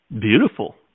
Beautiful